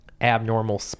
abnormal